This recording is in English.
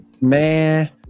Man